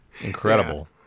Incredible